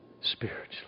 spiritually